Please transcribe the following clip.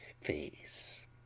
face